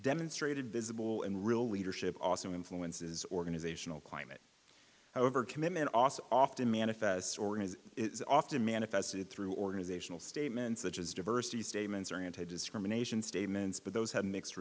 demonstrated visible and real leadership also influences organizational climate however commitment oss often manifests or has often manifested through organizational statements such as diversity statements or anti discrimination statements but those have mixed